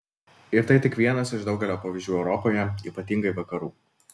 ir tai tik vienas iš daugelio pavyzdžių europoje ypatingai vakarų